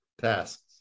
tasks